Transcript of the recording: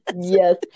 Yes